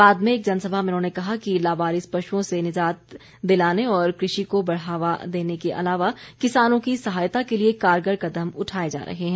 बाद में एक जनसभा में उन्होंने कहा कि लावारिस पशुओं से निजात दिलाने और कृषि को बढ़ावा देने के अलावा किसानों की सहायता के लिए कारगर कदम उठाए जा रहे हैं